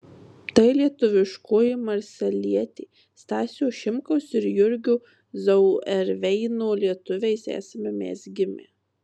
tai lietuviškoji marselietė stasio šimkaus ir jurgio zauerveino lietuviais esame mes gimę